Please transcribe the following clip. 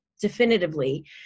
definitively